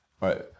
right